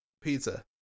pizza